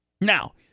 Now